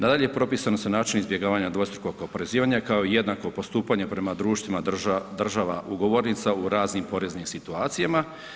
Nadalje, propisani su načini izbjegavanja dvostrukog oporezivanja kao i jednako postupanje prema društvima država ugovornica u raznim poreznim situacijama.